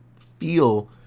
feel